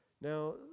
Now